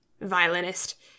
violinist